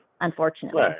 unfortunately